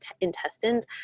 intestines